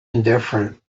indifferent